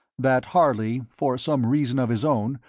that harley, for some reason of his own,